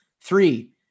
Three